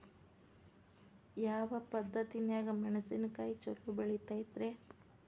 ಯಾವ ಪದ್ಧತಿನ್ಯಾಗ ಮೆಣಿಸಿನಕಾಯಿ ಛಲೋ ಬೆಳಿತೈತ್ರೇ?